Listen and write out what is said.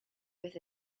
with